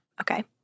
Okay